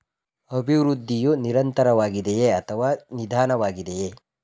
ಅಭಿವೃದ್ಧಿಯು ನಿರಂತರವಾಗಿದೆಯೇ ಅಥವಾ ನಿಧಾನವಾಗಿದೆಯೇ?